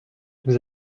nous